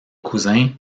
cousin